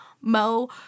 Mo